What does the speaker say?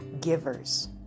givers